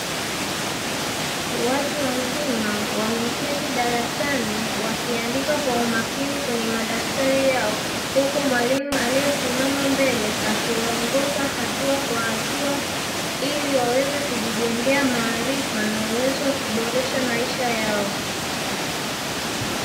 Watu wazima wameketi darasani wakiandika kwa umakini kwenye madaftari yao, huku mwalimu aliyesimama mbele akiwaongoza hatua kwa hatua ili waweze kujijengea maarifa na uwezo wa kuboresha maisha yao.